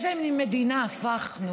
לאיזה מין מדינה הפכנו?